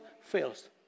fails